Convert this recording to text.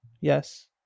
yes